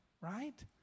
Right